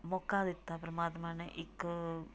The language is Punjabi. ਮੌਕਾ ਦਿੱਤਾ ਪਰਮਾਤਮਾ ਨੇ ਇੱਕ